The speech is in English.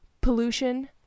pollution